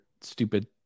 stupid